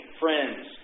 friends